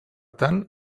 tant